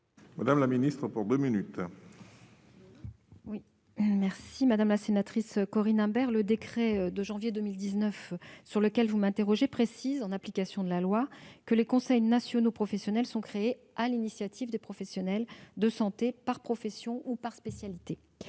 Mme la ministre déléguée. Madame la sénatrice Corinne Imbert, le décret du 9 janvier 2019 sur lequel vous m'interrogez prévoit, en application de la loi, que les conseils nationaux professionnels sont créés sur l'initiative des professionnels de santé, par profession ou spécialité.